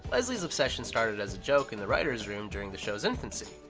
leslie's obsession started as a joke in the writers room during the show's infancy.